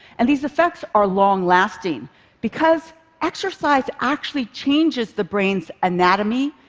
and these effects are long-lasting because exercise actually changes the brain's anatomy,